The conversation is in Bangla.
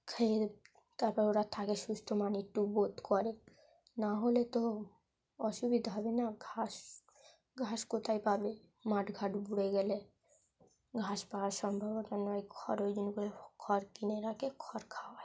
খেয়ে তারপর ওরা থাকে সুস্থ মানে একটু বোধ করে না হলে তো অসুবিধা হবে না ঘাস ঘাস কোথায় পাবে মাঠ ঘাট ভরে গেলে ঘাস পাওয়ার সম্ভাবনা নেই খড় ওই জন্য করে খড় কিনে রাখে খড় খাওয়ায়